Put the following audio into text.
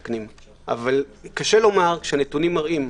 קשה לומר שהנתונים מראים,